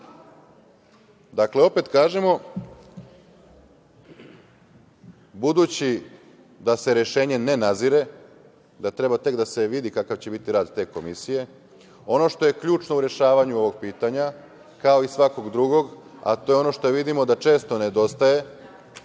godina? Dakle, opet kažemo, budući da se rešenje ne nazire, da treba tek da se vidi kakav će biti rad te komisije, ono što je ključno u rešavanju ovog pitanja, kao i svakog drugog, a to je ono što vidimo da često nedostaje,